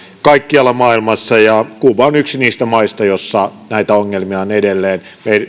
kaikkialla maailmassa ja kuuba on yksi niistä maista joissa näitä ongelmia on edelleen